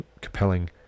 compelling